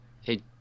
hey